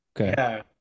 Okay